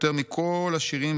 יותר מכל השירים,